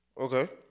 Okay